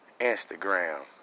Instagram